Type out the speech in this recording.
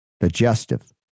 digestive